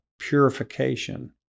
purification